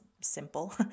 simple